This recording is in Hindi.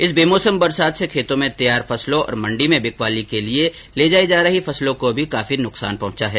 इस बेमौसम बरसात से खेतों में तैयार फसलों और मंडियों में बिकवाली के लिए ले जा रही फसलों को भी काफी नुकसान पहुंचा है